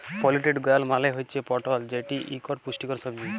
পলিটেড গয়ার্ড মালে হুচ্যে পটল যেটি ইকটি পুষ্টিকর সবজি